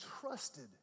trusted